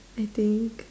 I think